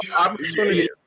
Opportunity